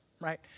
Right